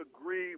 agree